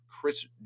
chris